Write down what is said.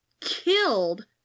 killed